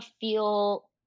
feel